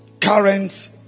Current